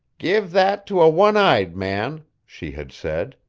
give that to a one-eyed man, she had said.